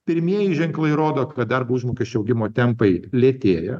pirmieji ženklai rodo kad darbo užmokesčio augimo tempai lėtėja